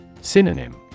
Synonym